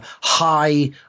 high